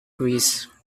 greece